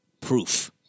proof